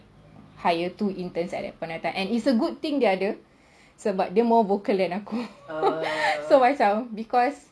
hire two interns at that point of time and is a good thing dia ada sebab dia more vocal than aku so macam because